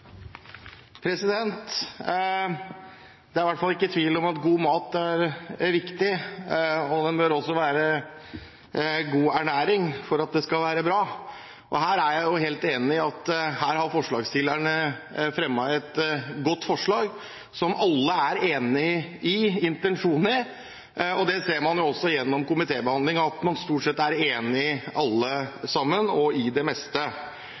verdier. Det er i hvert fall ikke tvil om at god mat er viktig, og den bør også være god ernæring for å være bra. Her er jeg helt enig i at forslagsstillerne har fremmet et godt forslag, og alle er enig i intensjonen i det. Det ser man også gjennom komitébehandlingen, at man stort sett er enig, alle sammen, og i det meste.